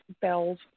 Bell's